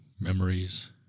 memories